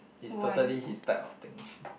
is totally his type of thing